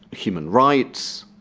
human rights,